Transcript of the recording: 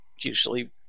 usually